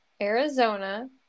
Arizona